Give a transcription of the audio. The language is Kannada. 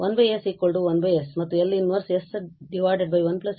ಆದ್ದರಿಂದ ನಮಗೆ L − 1 1s 1s ಮತ್ತು L −1 s 1s 2 cost ಎಂದು ತಿಳಿದಿದೆ